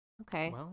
Okay